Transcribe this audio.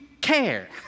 care